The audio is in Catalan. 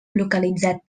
localitzat